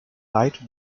light